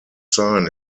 sign